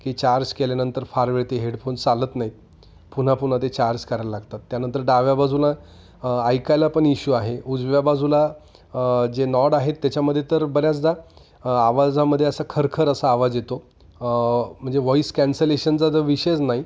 की चार्ज केल्यानंतर फार वेळ ते हेडफोन चालत नाहीत पुन्हा पुन्हा ते चार्ज करायला लागतात त्यानंतर डाव्या बाजूला ऐकायला पण इशू आहे उजव्या बाजूला जे नॉड आहेत त्याच्यामध्ये तर बऱ्याचदा आवाजामध्ये असा खरखर असा आवाज येतो म्हणजे वॉईस कॅन्सलेशनचा जर विषयच नाही